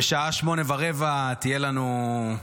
בשעה 20:15 תהיה לנו,